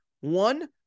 One